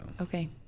Okay